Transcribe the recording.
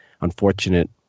unfortunate